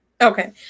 Okay